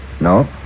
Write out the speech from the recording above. No